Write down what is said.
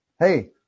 Hey